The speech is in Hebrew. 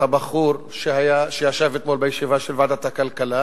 הבחור שישב אתמול בישיבה של ועדת הכלכלה,